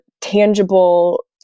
tangible